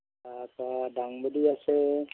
তাৰপৰা দাংবদী আছে